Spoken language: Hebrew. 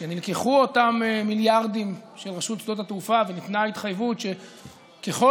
כשנלקחו אותם מיליארדים של רשות שדות התעופה וניתנה התחייבות שככל